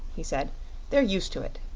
he said they're used to it.